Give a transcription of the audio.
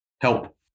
help